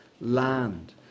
land